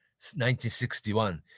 1961